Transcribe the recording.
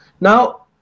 now